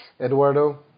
Eduardo